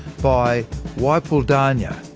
by waipuldanya.